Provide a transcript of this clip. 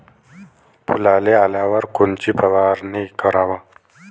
फुलाले आल्यावर कोनची फवारनी कराव?